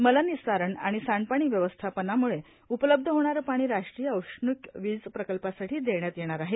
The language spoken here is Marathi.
मलनिस्सारण आणि सांडपाणी व्यवस्थापनामुळे उपलब्ध होणारं पाणी राष्ट्रीय औष्णिक वीज प्रकल्पासाठी देण्यात येणार आहे